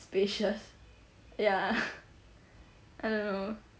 spacious ya I don't know